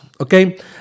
Okay